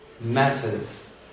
matters